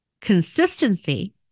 consistency